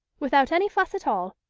without any fuss at all,